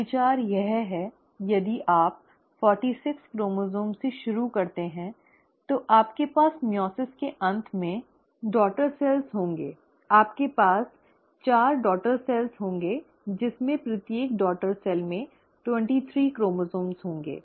तो विचार यह है यदि आप 46 क्रोमोसोम्स से शुरू करते हैं तो आपके पास मइओसिस के अंत में डॉटर सेल्स होंगे आपके पास चार डॉटर सेल्स होंगे जिसमें प्रत्येक डॉटर सेल में 23 क्रोमोसोम्स होंगे